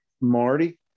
Marty